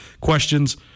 questions